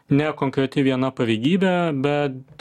ne konkreti viena pareigybė bet